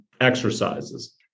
exercises